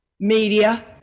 Media